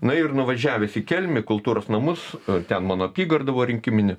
na ir nuvažiavęs į kelmę į kultūros namus ten mano apygarda buvo rinkiminė